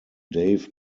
dave